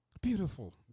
Beautiful